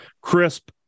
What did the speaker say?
Crisp